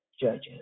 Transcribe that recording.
judges